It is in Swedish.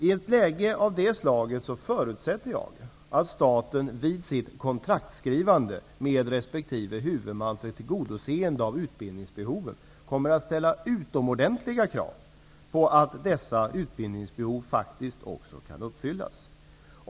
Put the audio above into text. I ett sådant läge förutsätter jag att staten vid sitt kontraktsskrivande med resp. huvudman för tillgodoseende av utbildningsbehoven kommer att ställa utomordentliga krav på att dessa utbildningsbehov faktiskt också kan tillgodoses.